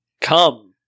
Come